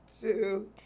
two